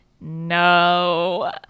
no